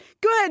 good